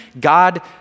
God